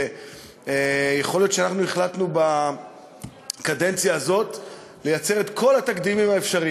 ויכול להיות שהחלטנו בקדנציה הזאת לייצר את כל התקדימים האפשריים,